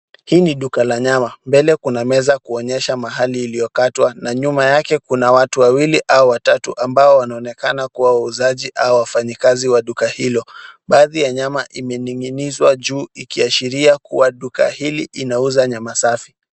Hii ni duka la nyama. Mbele kuna meza kuonyesha mahali iliyokatwa na nyuma yake kuna watu wawili au watatu ambao wanaonekana kuwa wauzaji au wafanyikazi wa duka hilo. Baadhi ya nyama imening'inizwa juu ikiashiria kuwa duka hili inauza nyama safi.